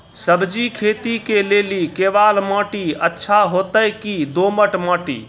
सब्जी खेती के लेली केवाल माटी अच्छा होते की दोमट माटी?